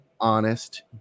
honest